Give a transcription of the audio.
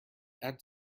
add